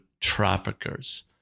traffickers